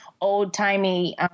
old-timey